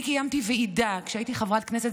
אני קיימתי ועידה כשהייתי חברת כנסת,